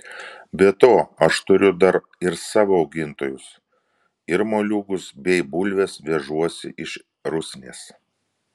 be to aš turiu dar ir savo augintojus ir moliūgus bei bulves vežuosi iš rusnės